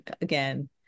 again